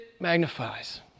Magnifies